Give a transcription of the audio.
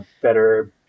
better